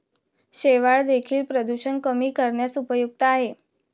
शेवाळं देखील प्रदूषण कमी करण्यास उपयुक्त आहे